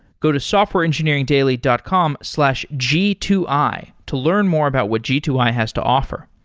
go to softwareengineeringdaily dot com slash g two i to learn more about what g two i has to offer.